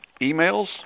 Emails